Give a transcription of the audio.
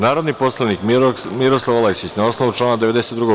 Narodni poslanik Miroslav Aleksić, na osnovu člana 92.